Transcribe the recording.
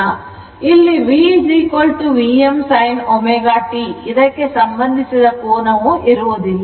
ಇಲ್ಲಿ V Vm sin ω t ಇದಕ್ಕೆ ಸಂಬಂಧಿಸಿದ ಕೋನವು ಇರುವುದಿಲ್ಲ